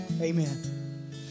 Amen